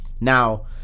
Now